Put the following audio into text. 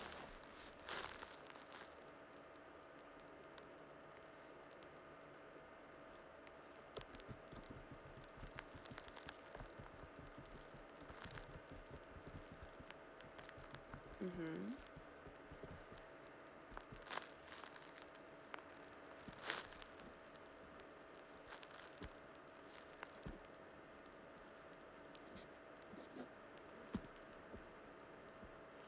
mmhmm